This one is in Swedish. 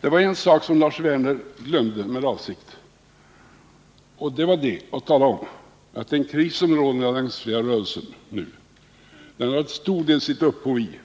Det var en sak som Lars Werner glömde att tala om, med avsikt, nämligen att den kris som nu råder i den alliansfria rörelsen till stor del har sitt upphov i